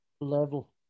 level